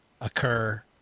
occur